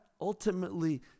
ultimately